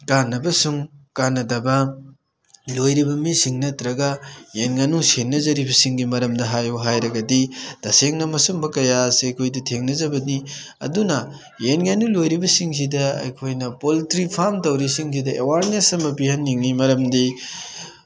ꯀꯥꯟꯕꯁꯨꯡ ꯀꯥꯅꯗꯕ ꯂꯣꯏꯔꯤꯕ ꯃꯤꯁꯤꯡ ꯅꯠꯇ꯭ꯔꯒ ꯌꯦꯟ ꯉꯥꯅꯨ ꯁꯦꯟꯅꯖꯔꯤꯕꯁꯤꯡꯒꯤ ꯃꯔꯝꯗ ꯍꯥꯏꯌꯨ ꯍꯥꯏꯔꯒꯗꯤ ꯇꯁꯦꯡꯅ ꯃꯁꯨꯝꯕ ꯀꯌꯥ ꯑꯁꯤ ꯑꯩꯈꯣꯏꯗ ꯊꯦꯡꯅꯖꯕꯅꯤ ꯑꯗꯨꯅ ꯌꯦꯟ ꯉꯥꯅꯨ ꯂꯣꯏꯔꯤꯕꯁꯤꯡꯁꯤꯗ ꯑꯩꯈꯣꯏꯅ ꯄꯣꯜꯇ꯭ꯔꯤ ꯐꯥꯝ ꯇꯧꯔꯤꯁꯤꯡꯁꯤꯗ ꯑꯦꯋꯥꯔꯅꯦꯁ ꯑꯃ ꯄꯤꯍꯟꯅꯤꯡꯉꯤ ꯃꯔꯝꯗꯤ